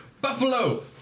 Buffalo